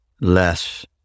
less